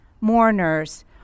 mourners